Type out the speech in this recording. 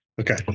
Okay